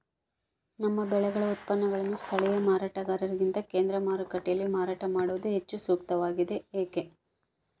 ನಮ್ಮ ಬೆಳೆಗಳ ಉತ್ಪನ್ನಗಳನ್ನು ಸ್ಥಳೇಯ ಮಾರಾಟಗಾರರಿಗಿಂತ ಕೇಂದ್ರ ಮಾರುಕಟ್ಟೆಯಲ್ಲಿ ಮಾರಾಟ ಮಾಡುವುದು ಹೆಚ್ಚು ಸೂಕ್ತವಾಗಿದೆ, ಏಕೆ?